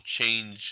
change